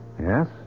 Yes